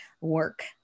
work